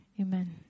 amen